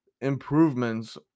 improvements